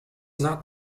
not